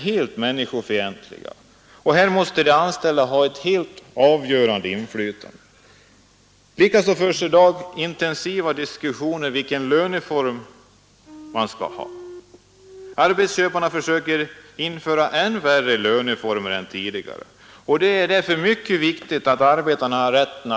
Det längst gående och det farligaste i den vägen är Utvecklingsrådet för samarbetsfrågor, som bedriver en vetenskaplig forskning om hur man skall utveckla klassamarbetet.